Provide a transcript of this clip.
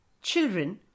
Children